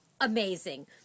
amazing